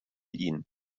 ihn